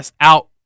out